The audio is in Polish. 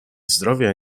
zdrowia